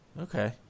Okay